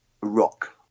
rock